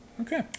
Okay